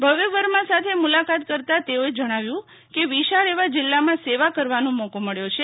ભવ્ય વર્મા સાથે મુલાકાત કરતા તેખોએ જણાવ્યું કે વિશાળ એવા જિલ્લામાં સેવા કરવાનો મોકો મળ્યો છે